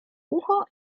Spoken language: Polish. ucho